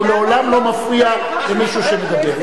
הוא לעולם לא מפריע למישהו שמדבר.